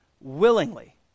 willingly